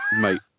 mate